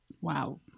Wow